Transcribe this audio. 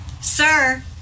Sir